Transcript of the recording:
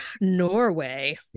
Norway